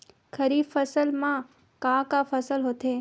खरीफ फसल मा का का फसल होथे?